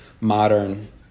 modern